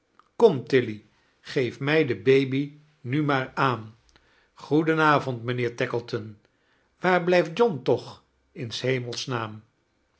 tilly geef mij de baby nu maar aan goeden avond mijnheer tackleton waar blijft john toch in s hemels naam